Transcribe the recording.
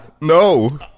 no